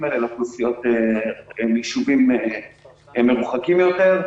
האלה לאוכלוסיות בישובים מרוחקים יותר,